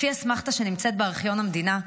לפי אסמכתא שנמצאת בארכיון המדינה,